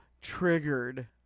triggered